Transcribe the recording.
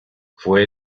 fue